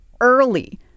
early